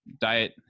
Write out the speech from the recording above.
diet